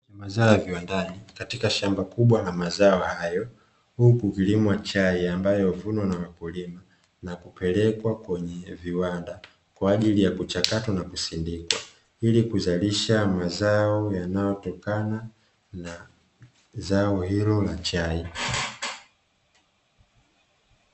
Mazao ya viwandani katika shamba kubwa ambalo huku ikilimwa chai, ililovunwa na wakulima na kupelekwa kwenye viwanda kwa ajili ya kuchakatwa na kusindikwa, ilikuzalisha mazao yanayotokana na zao hilo la chai.